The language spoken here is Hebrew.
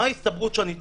מה ההסתברות שאני צודק.